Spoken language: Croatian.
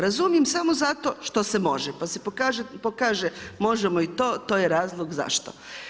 Razumijem samo zato što se može, pa se pokaže možemo i to, to je razlog zašto.